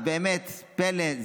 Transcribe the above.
אז באמת פלא.